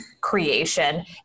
creation